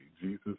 Jesus